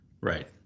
Right